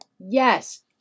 Yes